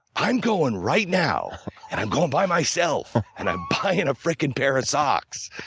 i'm going right now and i'm going by myself, and i'm buying a friggin' pair of socks.